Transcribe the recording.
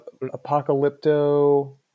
apocalypto –